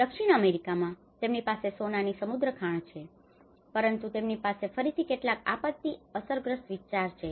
દક્ષિણ અમેરિકામાં તેમની પાસે સોનાની સમૃદ્ધખાણો છે પરંતુ તેમની પાસે ફરીથી કેટલાક આપત્તિ અસરગ્રસ્ત વિસ્તારો છે